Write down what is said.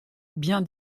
bien